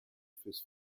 fürs